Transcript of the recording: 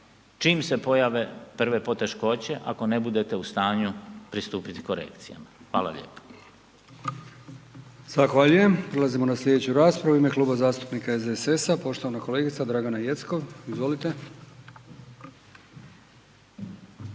čim se pojave prve poteškoće ako ne budete u stanju pristupiti korekcijama. Hvala lijepo. **Brkić, Milijan (HDZ)** Zahvaljujem. Prelazimo na slijedeću raspravu, u ime Kluba zastupnika SDSS-a poštovana kolegica Dragana Jeckov, izvolite.